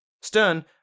Stern